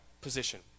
position